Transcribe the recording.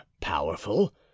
powerful